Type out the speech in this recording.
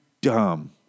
dumb